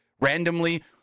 randomly